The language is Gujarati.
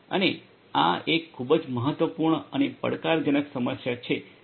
અને આ એક ખૂબ જ મહત્વપૂર્ણ અને પડકારજનક સમસ્યા છે